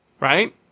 Right